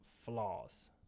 flaws